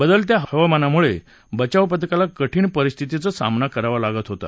बदलत्या हवामानामुळे बचाव पथकाला कठीण परिस्थितीचा सामना करावा लागत होता